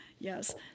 Yes